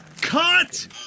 Cut